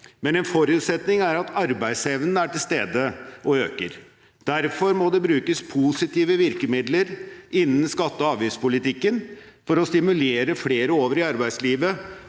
men en forutsetning er at arbeidsevnen er til stede og øker. Derfor må det brukes positive virkemidler innen skatte- og avgiftspolitikken for å stimulere flere over i arbeidslivet